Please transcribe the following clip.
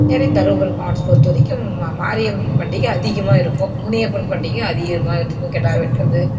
இதுமாதிரி தருமபுரி மாவட்டத்தை பொறுத்த வரைக்கும் மா மாரியம்மன் பண்டிகை அதிகமாக இருக்கும் முனியப்பன் பண்டிகையும் அதிகமாக இருக்கும் கிடா வெட்டுறது